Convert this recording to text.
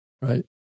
Right